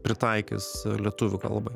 pritaikys lietuvių kalbai